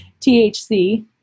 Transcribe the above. THC